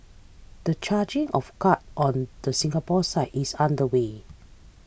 the charging of guard on the Singapore side is underway